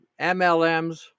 MLMs